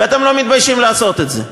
ואתם לא מתביישים לעשות את זה.